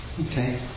Okay